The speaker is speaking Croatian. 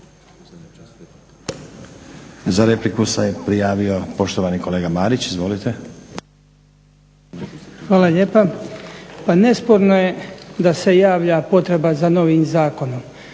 Za repliku se prijavio poštovani kolega Marić. Izvolite. **Marić, Goran (HDZ)** Hvala lijepa. Pa nesporno je da se javlja potreba za novim zakonom.